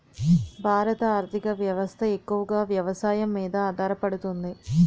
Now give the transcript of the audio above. భారత ఆర్థిక వ్యవస్థ ఎక్కువగా వ్యవసాయం మీద ఆధారపడుతుంది